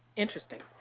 interesting.